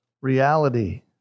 reality